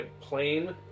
plain